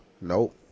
Nope